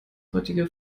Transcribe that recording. heutige